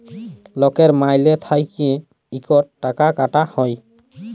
লকের মাইলে থ্যাইকে ইকট টাকা কাটা হ্যয়